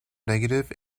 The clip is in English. negative